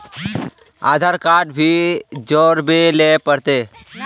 आधार card भी जोरबे ले पड़ते?